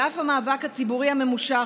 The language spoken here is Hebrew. על אף המאבק ציבורי הממושך,